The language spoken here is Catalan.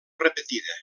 repetida